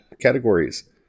categories